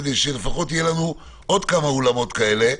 כדי שלפחות יהיו לנו עוד כמה אולמות כאלה,